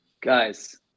Guys